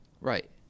Right